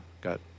got